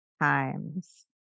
times